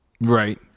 right